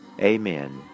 Amen